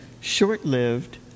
short-lived